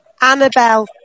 Annabelle